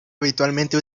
habitualmente